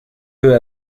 peu